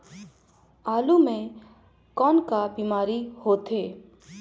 आलू म कौन का बीमारी होथे?